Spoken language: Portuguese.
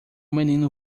menino